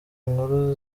inkuru